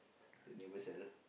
the neighbour seller